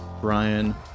Brian